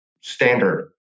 standard